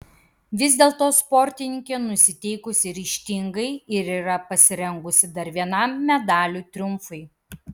vis dėlto sportininkė nusiteikusi ryžtingai ir yra pasirengusi dar vienam medalių triumfui